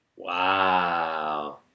Wow